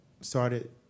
started